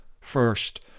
first